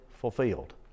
fulfilled